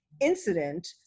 incident